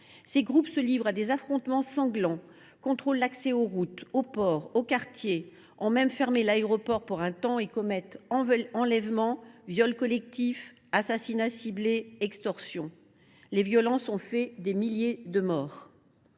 Ces groupes se livrent à des affrontements sanglants ; ils contrôlent l’accès aux routes, aux ports, aux quartiers. Ils ont même fermé l’aéroport pour un temps et commettent enlèvements, viols collectifs, assassinats ciblés et extorsions. Les violences ont fait des milliers de morts